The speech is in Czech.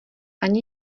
ani